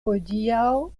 hodiaŭ